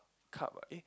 cup ah eh